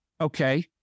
Okay